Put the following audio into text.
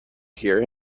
hear